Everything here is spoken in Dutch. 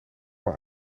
maar